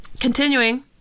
continuing